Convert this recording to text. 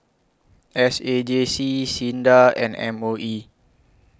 S A J C SINDA and M O E